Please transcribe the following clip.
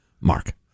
Mark